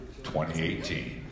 2018